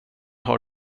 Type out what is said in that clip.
har